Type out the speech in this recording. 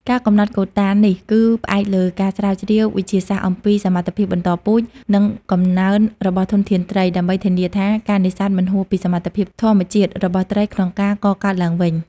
ការកំណត់កូតានេះគឺផ្អែកលើការស្រាវជ្រាវវិទ្យាសាស្ត្រអំពីសមត្ថភាពបន្តពូជ និងកំណើនរបស់ធនធានត្រី ដើម្បីធានាថាការនេសាទមិនហួសពីសមត្ថភាពធម្មជាតិរបស់ត្រីក្នុងការកកើតឡើងវិញ។